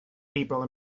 people